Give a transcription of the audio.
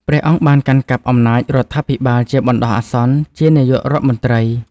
ព្រះអង្គបានកាន់កាប់អំណាចរដ្ឋាភិបាលជាបណ្ដោះអាសន្នជានាយករដ្ឋមន្ត្រី។